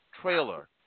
trailer